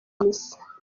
misa